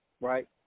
Right